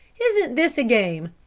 isn't this a game?